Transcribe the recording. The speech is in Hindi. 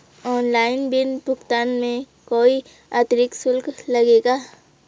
ऑनलाइन बिल भुगतान में कोई अतिरिक्त शुल्क लगेगा?